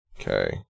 Okay